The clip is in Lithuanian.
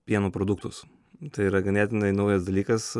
pieno produktus tai yra ganėtinai naujas dalykas